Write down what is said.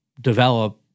develop